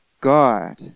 God